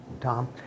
Tom